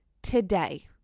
Today